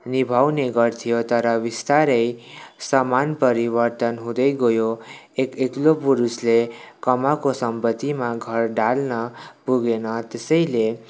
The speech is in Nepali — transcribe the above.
निभाउने गर्थ्यो तर बिस्तारै समान परिवर्तन हुँदै गयो एक एक्लो पुरुषले कमाएको सम्पत्तिमा घर ढाल्न पुगेन त्यसैले